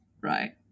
right